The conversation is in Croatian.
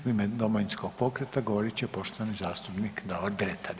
U ime Domovinskog pokreta govorit će poštovani zastupnik Davor Dretar.